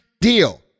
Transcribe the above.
deal